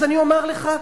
אז אני אומר לך: